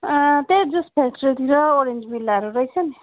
त्यही जुस फ्याक्ट्रीतिर ओरेन्ज भिल्लाहरू रहेछ नि